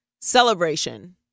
celebration